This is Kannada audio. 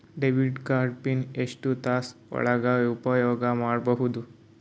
ಡೆಬಿಟ್ ಕಾರ್ಡ್ ಪಿನ್ ಎಷ್ಟ ತಾಸ ಒಳಗ ಉಪಯೋಗ ಮಾಡ್ಬಹುದು?